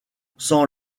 sans